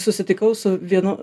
susitikau su vienu